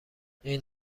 این